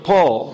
Paul